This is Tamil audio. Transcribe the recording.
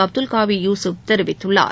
அப்துல்காவி யூசுப் தெரிவித்துள்ளார்